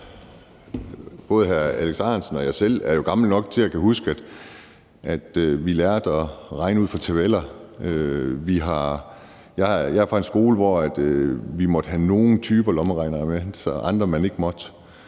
Både hr. Alex Ahrendtsen og jeg selv er jo gamle nok til at kunne huske, at vi lærte at regne ud fra tabeller. Jeg er fra en skole, hvor vi måtte have nogle typer lommeregnere med, og andre måtte